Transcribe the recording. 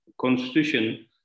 constitution